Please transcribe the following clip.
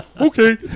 Okay